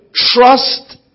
trust